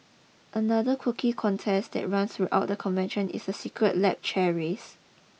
another quirky contest that runs throughout the convention is the secret lab chair race